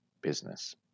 business